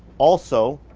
also,